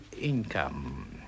income